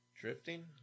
Drifting